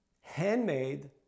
Handmade